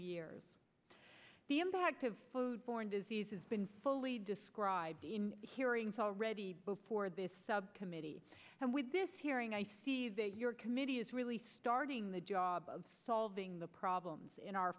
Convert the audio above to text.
years the impact of food borne disease has been fully described in hearings already before this committee and with this hearing i see that your committee is really starting the job of solving the problems in our